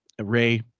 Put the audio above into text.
Ray